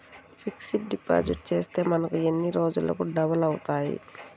Fixed deposit చేస్తే మనకు ఎన్ని రోజులకు డబల్ అవుతాయి?